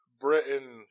Britain